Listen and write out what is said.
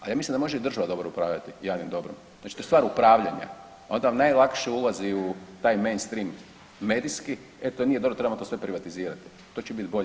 A ja mislim da može i država dobro upravljati javnim dobrom, znači to je stvar upravljanja, onda vam lakše ulazi u taj main stream medijski, e to nije dobro, trebamo to sve privatizirati, to će biti bolje.